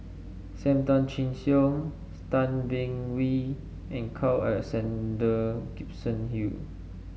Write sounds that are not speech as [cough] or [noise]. Sam Tan Chin Siong [unintelligible] Tan Beng Swee and Carl Alexander Gibson Hill